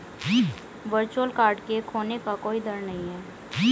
virtual card के खोने का कोई दर नहीं है